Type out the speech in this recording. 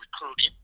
recruiting